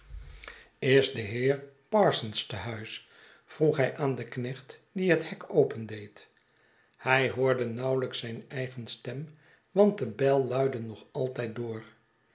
is de heer parsons te huis vroeg hij aan den knecht die het hek open deed hij hoorde nauwelijks zijn eigen stem want de bel luidde nog altijd door